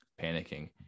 panicking